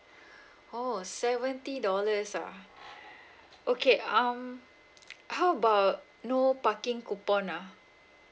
oh seventy dollars ah okay um how about no parking coupon ah